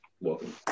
welcome